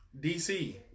DC